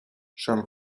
charles